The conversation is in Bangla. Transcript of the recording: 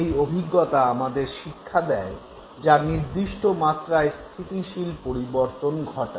এই অভিজ্ঞতা আমাদের শিক্ষা দেয় যা নির্দিষ্ট মাত্রায় স্থিতিশীল পরিবর্তন ঘটায়